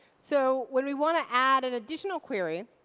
so when we want to add an additional query,